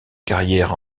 carrière